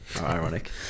ironic